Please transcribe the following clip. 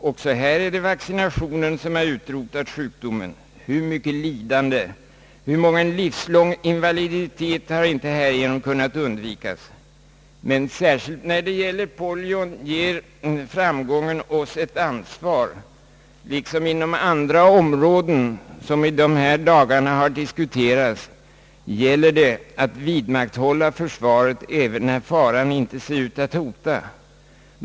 Också här är det vaccinationen som har utrotat sjukdomen. Hur mycket lidande, hur mången livslång invaliditet har inte härigenom kunnat undvikas! Men särskilt när det gäller polion ger framgången oss ett ansvar. Liksom inom andra områden, som i dessa dagar har diskuterats, gäller det att vidmakthålla försvaret, även när faran ser ut att inte hota.